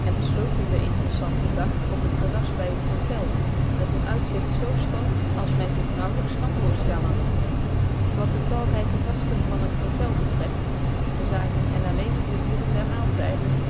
en besloten den interessanten dag op het terras bij het hotel met een uitzicht zoo schoon als men zich nauwelijks kan voorstellen wat de talrijke gasten van het hotel betreft we zagen hen alleen op de uren der maaltijden